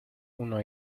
uno